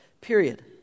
period